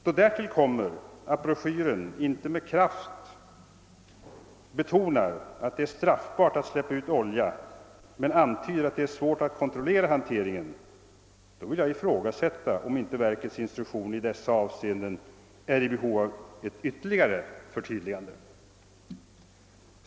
Då därtill kommer att broschyren inte med kraft betonar att det är straffbart att släppa ut olja men antyder att det är svårt att kontrollera hanteringen, vill jag ifrågasätta om inte verkets instruktion i detta avseende är i behov av ett ytterligare förtydligande.